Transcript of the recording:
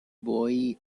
boy